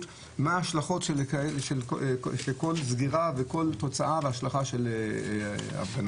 מה השלכות של כל סגירה וכל תוצאה והשלכה של הפגנה.